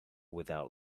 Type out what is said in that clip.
without